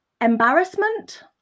embarrassment